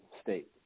state